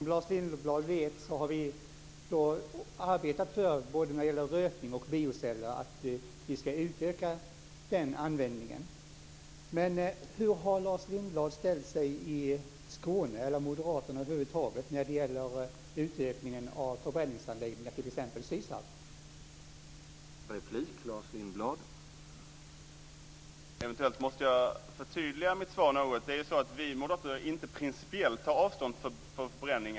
Herr talman! Som Lars Lindblad vet har vi arbetat för en utökad användning av rötning och bioceller. Men hur har moderaterna i Skåne ställt sig när det gäller utökningen av antalet förbränningsanläggningar, t.ex. när det gäller SYSAV?